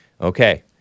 Okay